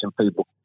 people